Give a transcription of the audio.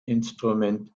instrument